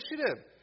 initiative